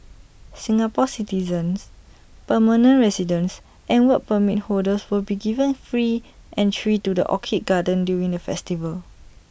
Singapore citizens permanent residents and Work Permit holders will be given free entry to the orchid garden during the festival